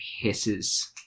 hisses